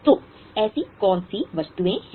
तो ऐसी कौन सी वस्तुएं हैं